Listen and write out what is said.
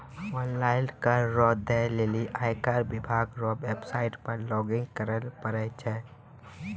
online कर रो दै लेली आयकर विभाग रो वेवसाईट पर लॉगइन करै परै छै